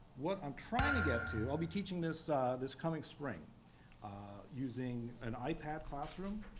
what i'm trying to get to i'll be teaching this this coming spring using an ipad classroom.